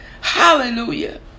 Hallelujah